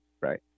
right